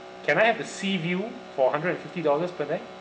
can I have the sea view for hundred and fifty dollars per night